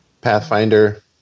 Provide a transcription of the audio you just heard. Pathfinder